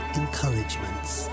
encouragements